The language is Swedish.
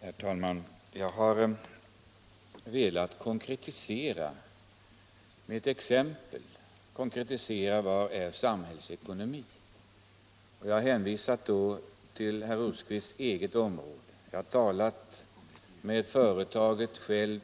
Herr talman! Jag har velat konkretisera med ett exempel vad samhälls ekonomi är, och då har jag hänvisat till herr Rosqvists eget område. Jag har själv talat med företaget för